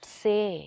say